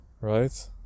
Right